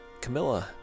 Camilla